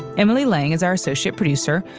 emily lang is our associate producer.